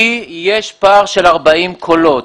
כי יש פער של 40 קולות,